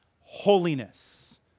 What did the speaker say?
holiness